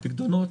לפיקדונות,